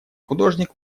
художник